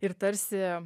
ir tarsi